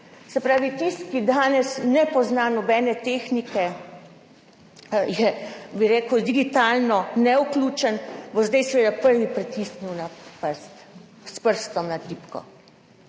Se pravi, tisti, ki danes ne pozna nobene tehnike, je digitalno nevključen in bo zdaj seveda prvi pritisnil s prstom na tipko.